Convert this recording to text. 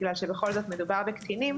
בגלל שבכל זאת מדובר בקטינים